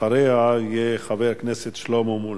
אחריה יהיה חבר הכנסת שלמה מולה.